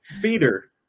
feeder